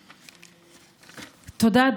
תודה.